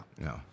no